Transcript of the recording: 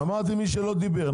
אמרתי, מי שלא דיבר.